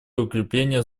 укрепления